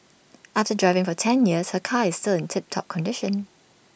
after driving for ten years her car is still in tip top condition